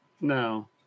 No